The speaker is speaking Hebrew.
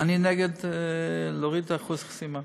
שאני נגד להוריד את אחוז החסימה.